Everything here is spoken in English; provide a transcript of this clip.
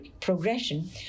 progression